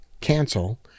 cancel